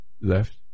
left